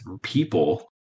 people